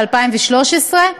ב-2013,